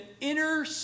inner